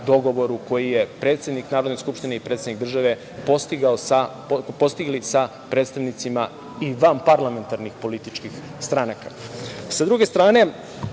koji je predsednik Narodne skupštine i predsednik države postigli sa predstavnicima i vanparlamentarnih političkih stranaka. Sa